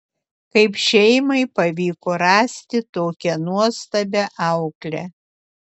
kaip šeimai pavyko rasti tokią nuostabią auklę